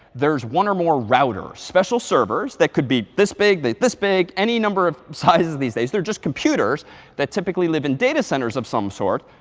there's one or more routers special servers that could be this big, this big, any number of sizes these days. they're just computers that typically live in data centers of some sort.